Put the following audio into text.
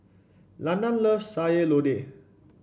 Landan loves Sayur Lodeh